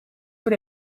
voor